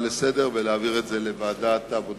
לסדר-היום ולהעביר אותה לוועדת העבודה,